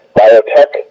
biotech